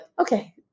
okay